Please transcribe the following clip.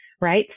right